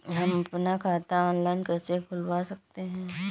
हम अपना खाता ऑनलाइन कैसे खुलवा सकते हैं?